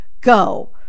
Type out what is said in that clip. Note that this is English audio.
Go